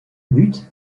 but